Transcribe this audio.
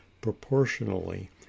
proportionally